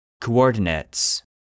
Coordinates